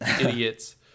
idiots